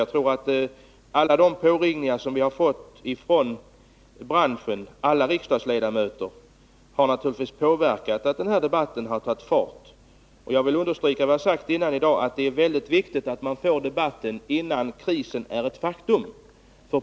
Jag tror att de påringningar från branschen som riksdagsledamöter från alla partier har fått naturligtvis har bidragit till att den här debatten tagit fart. Jag vill understryka vad jag sagt tidigare här i dag, nämligen att det är väldigt viktigt att debatten förs innan krisen är ett faktum.